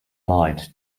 light